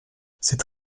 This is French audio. cette